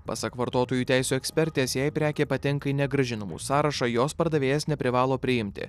pasak vartotojų teisių ekspertės jei prekė patenka į negrąžinamų sąrašą jos pardavėjas neprivalo priimti